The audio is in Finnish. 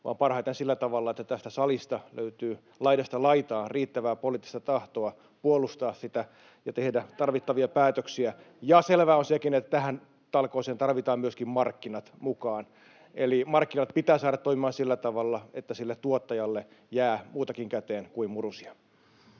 vaan parhaiten sillä tavalla, että tästä salista löytyy laidasta laitaan riittävää poliittista tahtoa puolustaa sitä ja tehdä tarvittavia päätöksiä. [Välihuutoja perussuomalaisten ja kokoomuksen ryhmästä] Selvää on sekin, että näihin talkoisiin tarvitaan myöskin markkinat mukaan. Eli markkinat pitää saada toimimaan sillä tavalla, että tuottajalle jää muutakin käteen kuin murusia.